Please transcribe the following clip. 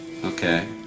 Okay